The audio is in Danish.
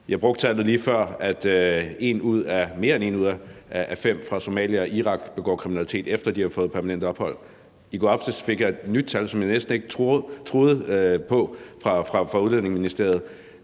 Jeg brugte tallet lige før, at mere end en ud af fem fra Somalia og Irak begår kriminalitet, efter de har fået permanent ophold, og i går aftes fik jeg et nyt tal, som jeg næsten ikke troede på, fra Udlændingeministeriet,